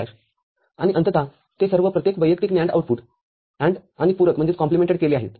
F" आणि अंततः ते सर्व प्रत्येक वैयक्तिक NAND आउटपुट ANDआणि पूरककेले आहेत